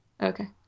Okay